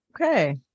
Okay